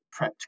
prepped